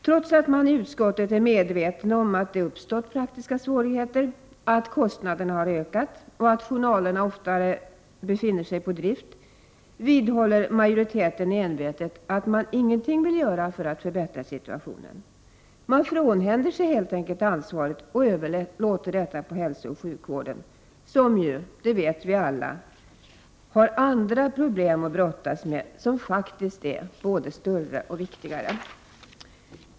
Trots att utskottet är medvetet om att det uppstått praktiska svårigheter, att kostnaderna har ökat och att journalerna oftare befinner sig på drift vidhåller majoriteten envetet att den ingenting vill göra för att förbättra situationen. Man frånhänder sig helt enkelt ansvaret och överlåter detta på hälsooch sjukvården som ju, det vet vi alla, har andra problem att brottas med som faktiskt är både större och viktigare.